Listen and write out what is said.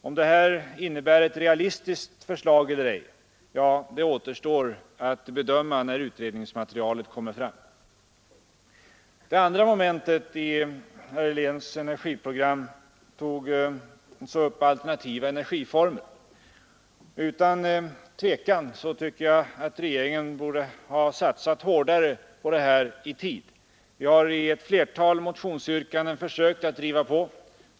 Om det är ett realistiskt alternativ eller ej, återstår att bedöma när utredningsmaterialet framläggs. Det andra momentet i herr Heléns energiprogram gällde alltså alternativa energiformer. Regeringen borde utan tvivel i tid ha satsat hårdare på detta. Vi har genom ett flertal motionsyrkanden försökt att driva på.